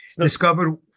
Discovered